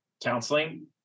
counseling